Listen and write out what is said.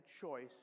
choice